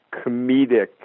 comedic